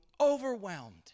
overwhelmed